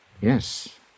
Yes